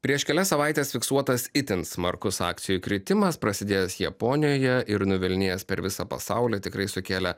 prieš kelias savaites fiksuotas itin smarkus akcijų kritimas prasidėjęs japonijoje ir nuvilnijęs per visą pasaulį tikrai sukėlė